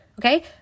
okay